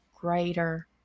greater